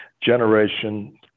generation